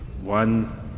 One